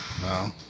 No